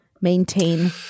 maintain